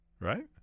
Right